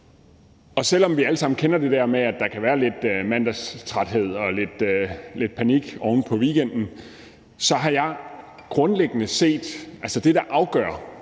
Og selv om vi alle sammen kender det der med, at der kan være lidt mandagstræthed og lidt panik oven på weekenden, så har jeg det grundlæggende set sådan, at det, der afgør,